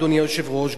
אדוני היושב-ראש,